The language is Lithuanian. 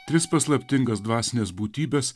tris paslaptingas dvasines būtybes